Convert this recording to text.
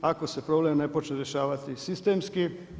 Ako se problem ne počne rješavati sistemski.